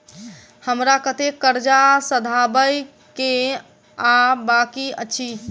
हमरा कतेक कर्जा सधाबई केँ आ बाकी अछि?